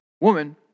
Woman